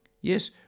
Yes